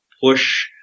push